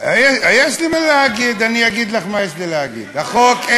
מה יש לך להגיד נגד החוק הזה?